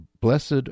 blessed